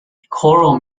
choral